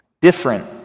Different